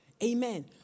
Amen